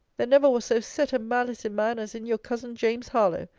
there never was so set a malice in man as in your cousin james harlowe.